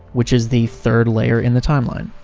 which is the third layer in the timeline.